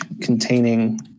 containing